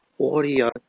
audio